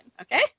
Okay